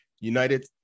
United